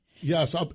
Yes